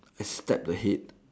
I speck the head